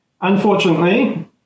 Unfortunately